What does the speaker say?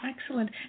Excellent